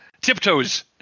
Tiptoes